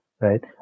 right